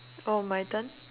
oh my turn